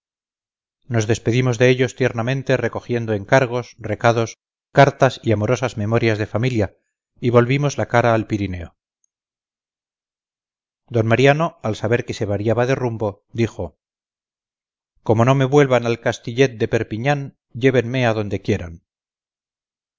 nos despedimos de ellos tiernamente recogiendo encargos recados cartas y amorosas memorias de familia y volvimos la cara al pirineo d mariano al saber que se variaba de rumbo dijo como no me vuelvan al castillet de perpiñán llévenme a donde quieran